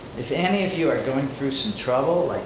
if any of you are going through some trouble,